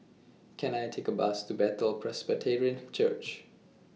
Can I Take A Bus to Bethel Presbyterian Church